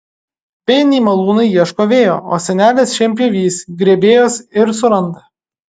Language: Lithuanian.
vėjiniai malūnai ieško vėjo o senelis šienpjovys grėbėjos ir suranda